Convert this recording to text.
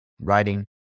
writing